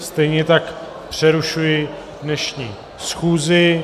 Stejně tak přerušuji dnešní schůzi.